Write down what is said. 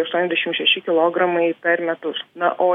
aštuoniasdešim šeši kilogramai per metus na o